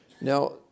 Now